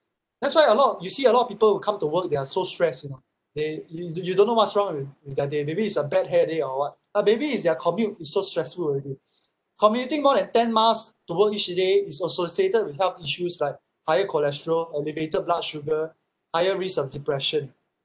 that's why a lot of you see a lot of people who come to work they are so stressed you know they yo~ you don't know what's wrong with with their day maybe it's a bad hair day or what but maybe it's their commute it's so stressful already commuting more than ten miles to work each day is associated with health issues like higher cholesterol elevated blood sugar higher risk of depression